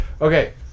Okay